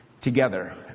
together